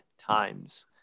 times